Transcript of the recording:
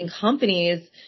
companies